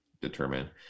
determine